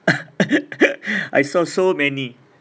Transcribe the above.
I saw so many